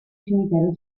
cimitero